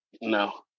No